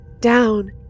down